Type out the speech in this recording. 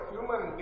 Human